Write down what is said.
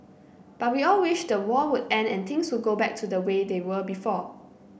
but we all wished the war would end and things would go back to the way they were before